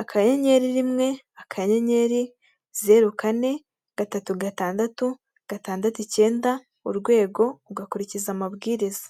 akayenyeri rimwe akayenyeri zero kane gatatu gatandatu gatandatu cyenda urwego ugakurikiza amabwiriza.